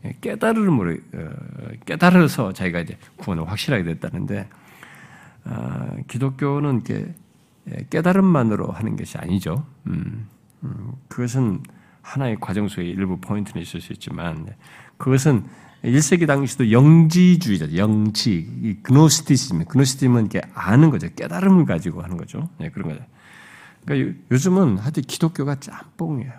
깨달음으로, 어, 깨달아서 자기가 이제 구원을 확실하게 됐다는데, 아, 기독교는 이렇게 깨달음만으로 하는 것이 아니죠. 음, 음, 그것은 하나의 과정 속에 일부 포인트는 있을 수 있지만, 그것은 일세기 당시도 영지주의자, 영지, 이 Gnosticism, Gnosticism은 이렇게 아는 거죠. 깨달음을 가지고 하는 거죠. 네, 그런 거죠. 그러니까 요- 요즘은 하여튼 기독교가 짬뽕이에요.